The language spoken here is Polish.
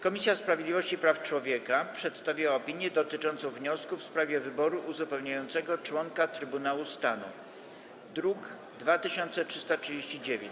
Komisja Sprawiedliwości i Praw Człowieka przedstawiła opinię dotyczącą wniosku w sprawie wyboru uzupełniającego członka Trybunału Stanu, druk nr 2339.